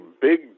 big